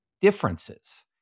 differences